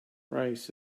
rice